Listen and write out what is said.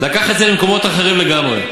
לקח את זה למקומות אחרים לגמרי.